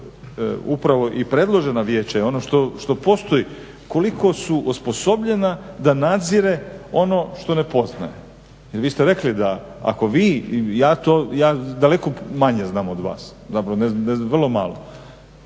upravo i predloženo vijeće i ono što postoji, koliko su osposobljena da nadzire ono što ne poznaje, jer vi ste rekli ako vi, ja to daleko manje znam od vas, zapravo